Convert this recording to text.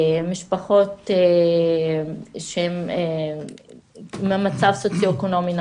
משפחות שבמצב סוציו אקונומי נמוך.